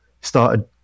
started